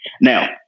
Now